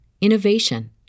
innovation